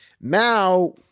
Now